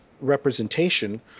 representation